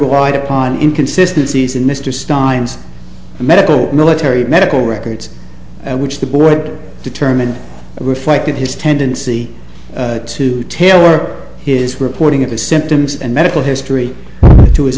wide upon inconsistences in mr stein's medical military medical records which the board determine reflected his tendency to tailor his reporting of his symptoms and medical history to his